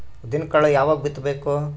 ಉದ್ದಿನಕಾಳು ಯಾವಾಗ ಬಿತ್ತು ಬೇಕು?